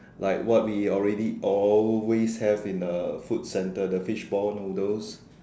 like what we already always have in the food centre the fishball noodles